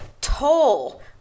toll